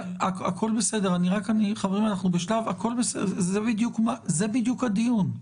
הכול בסדר, חברים, זה בדיוק הדיון,